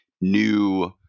new